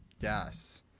Yes